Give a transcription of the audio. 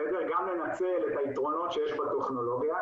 גם לנצל את היתרונות שיש בטכנולוגיה,